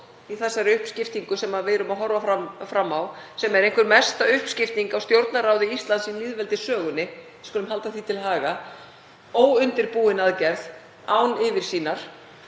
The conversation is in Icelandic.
í þessari uppskiptingu sem við horfum fram á, sem er einhver mesta uppskipting á Stjórnarráði Íslands í lýðveldissögunni, við skulum halda því til haga, óundirbúin aðgerð án yfirsýnar,